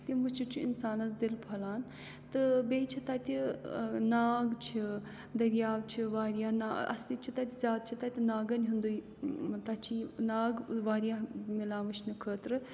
تِم وٕچھِتھ چھُ اِنسانَس دِل پھۄلان تہٕ بیٚیہِ چھِ تَتہِ ناگ چھِ دٔریاو چھِ واریاہ نا اَصلی چھِ تَتہِ زیادٕ چھِ تَتہِ ناگَن ہُنٛدُے تَتہِ چھِ یِم ناگ واریاہ مِلان وٕچھنہٕ خٲطرٕ